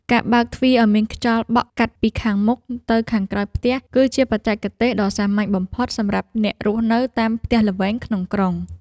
ការបើកទ្វារឱ្យមានខ្យល់បក់កាត់ពីខាងមុខទៅខាងក្រោយផ្ទះគឺជាបច្ចេកទេសដ៏សាមញ្ញបំផុតសម្រាប់អ្នករស់នៅតាមផ្ទះល្វែងក្នុងក្រុង។